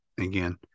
Again